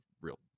real